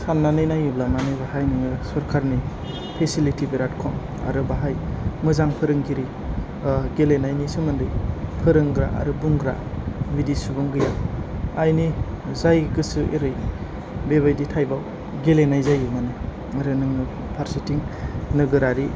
साननानै नायोब्ला मानि बाहाय नोङो सरकारनि फिसिलिटिफ्रा बिराद खम आरो बाहाय मोजां फोरोंगिरि गेलेनायनि सोमोन्दै फोरोंग्रा आरो बुंग्रा बिदि सुबुं गैया आइनि जाय गोसो एरै बेबायदि टाइभाव गेलेनाय जायोमोन आरो नोङो फारसेथिं नोगोरारि